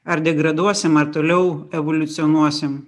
ar degraduosim ar toliau evoliucionuosim